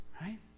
right